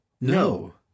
No